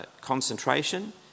concentration